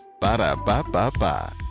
Ba-da-ba-ba-ba